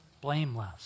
Blameless